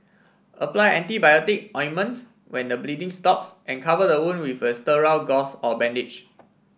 apply antibiotic ointment when the bleeding stops and cover the wound with a sterile gauze or bandage